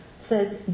says